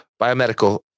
Biomedical